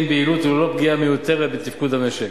ביעילות וללא פגיעה מיותרת בתפקוד המשק,